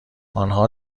آنها